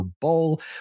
Bowl